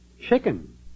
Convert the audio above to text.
Chicken